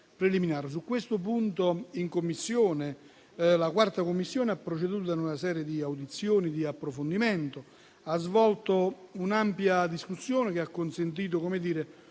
Su questo punto la 4a Commissione ha proceduto a una serie di audizioni di approfondimento, ha svolto un'ampia discussione che ha consentito un